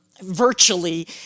virtually